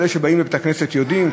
אבל אלה שבאים לבית-הכנסת יודעים,